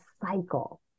cycle